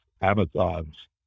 Amazon's